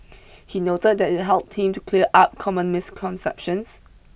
he noted that it helped him to clear up common misconceptions